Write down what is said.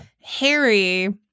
Harry